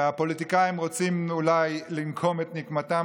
הפוליטיקאים רוצים אולי לנקום את נקמתם